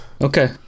Okay